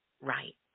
right